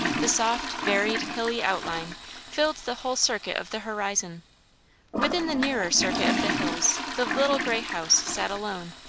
the soft, varied hilly outline filled the whole circuit of the horizon within the nearer circuit of the hills the little grey house sat alone,